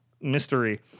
mystery